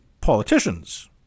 politicians